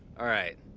alright,